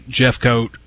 Jeffcoat